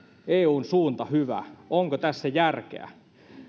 eun suunta hyvä onko tässä järkeä